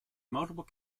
multiple